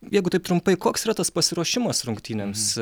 jeigu taip trumpai koks yra tas pasiruošimas rungtynėms